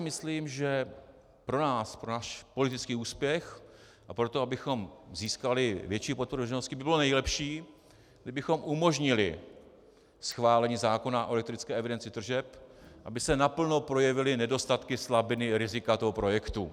Myslím si, že pro nás, pro náš politický úspěch a pro to, abychom získali větší podporu veřejnosti, by bylo nejlepší, kdybychom umožnili schválení zákona o elektronické evidenci tržeb, aby se naplno projevily nedostatky, slabiny, rizika tohoto projektu.